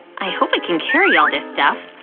i hope i can carry all this stuff.